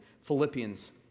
Philippians